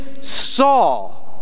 saw